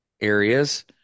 areas